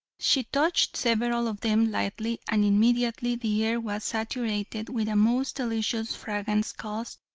she touched several of them lightly and immediately the air was saturated with a most delicious fragrance caused,